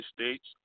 States